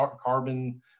carbon